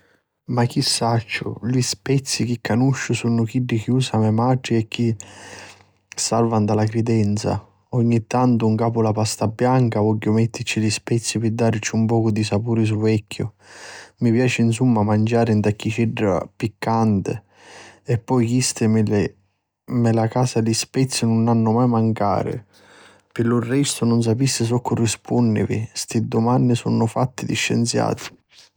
Ma chi sacciu, li spezi chi canusciu sunnu chiddi chi usa me matri e chi sarva nta la cridenza. Ogni tantu 'n capu la pasta bianca vogghiu mettici li spezi pi dàrici un pocu di sapuri suverchiu. Mi piaci nsumma manciari tanticchiedda piccantinu e pi chisti a la me casa li spezi nun hannu mai a mancari. Pi lu restu nun sapissi soccu rispunnivi, sti dumanni sunnu fatti di scienziati.